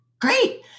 Great